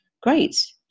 great